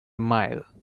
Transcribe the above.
mile